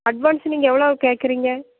advance நீங்கள் எவ்வளோ கேட்குறீங்க